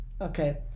Okay